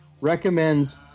recommends